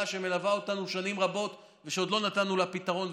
שמלווה אותנו שנים רבות ושעוד לא נתנו לה פתרון,